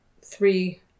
three